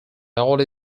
audi